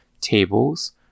tables